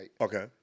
Okay